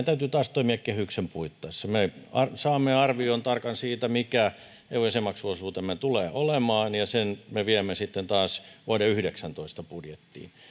täytyy taas toimia kehyksen puitteissa me saamme tarkan arvion siitä mikä eu jäsenmaksuosuutemme tulee olemaan ja sen me viemme sitten taas vuoden yhdeksäntoista budjettiin